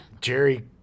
Jerry